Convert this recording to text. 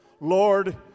Lord